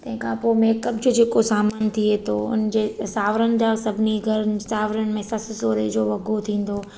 तंहिं खां पोइ मेकअप जो जेको सामान थीए थो हुनजे सावरनि जा सभिनी घर सावरनि में सस सहुरे जो वॻो थींदो